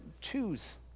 choose